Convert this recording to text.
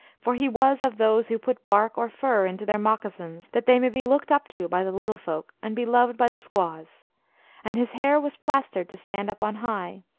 for he was of those who put bark or fur into their moccasins, that they may be looked up to by the little folk and be loved by the squaws and his hair was plastered to stand up on high,